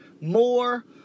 More